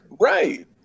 Right